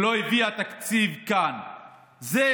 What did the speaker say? שלא הביאה לכאן תקציב.